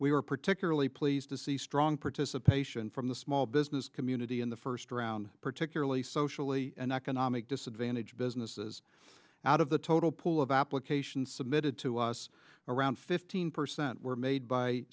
were particularly pleased to see strong participation from the small business community in the first round particularly socially and economic disadvantage businesses out of the total pool of applications submitted to us around fifteen percent were made by